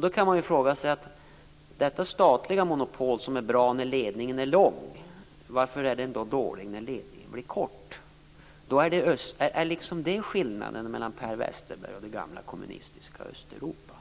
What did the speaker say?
Då kan man ju fråga sig: Varför är detta statliga monopol som är bra när ledningen är lång dåligt när ledningen blir kort? Då är liksom det skillnaden mellan Per Westerberg och det gamla kommunistiska Östeuropa.